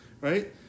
right